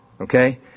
okay